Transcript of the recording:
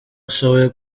ashoboye